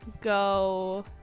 go